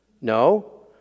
No